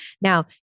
Now